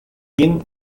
bien